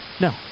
No